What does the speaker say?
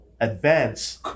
advance